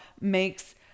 makes